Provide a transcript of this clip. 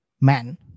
man